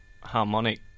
harmonic